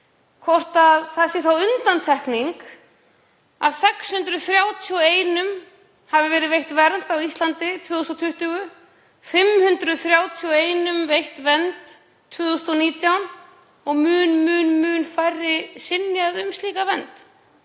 hvort það sé þá undantekning að 631 hafi verið veitt vernd á Íslandi 2020 og 531 veitt vernd 2019 og mun, mun færri synjað um slíka vernd: